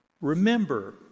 remember